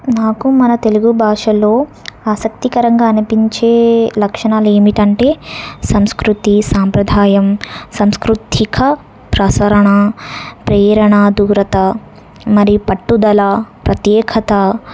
నాకు మన తెలుగు భాషలో ఆసక్తికరంగా అనిపించే లక్షణాలు ఏమిటి అంటే సంస్కృతి సాంప్రదాయం సంస్కృతిక ప్రసరణ ప్రేరణా దూరత మరి పట్టుదల ప్రత్యేకత